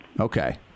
okay